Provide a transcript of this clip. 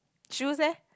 shoes eh